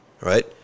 right